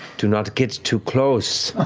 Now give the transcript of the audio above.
do not get too close.